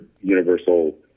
universal